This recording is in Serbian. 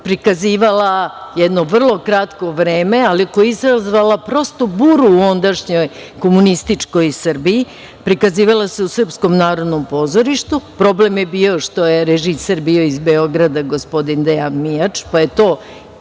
prikazivala jedno vrlo kratko vreme, ali koja je izazvala prosto buru u ondašnjoj komunističkoj Srbiji. Prikazivala se u Srpskom narodnom pozorištu, problem je bio što je režiser bio iz Beograda, gospodin Dejan Mijač, pa je to